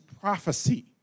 prophecy